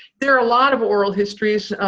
there are a lot of oral histories,